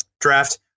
draft